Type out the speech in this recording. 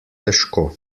težko